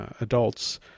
adults